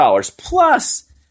plus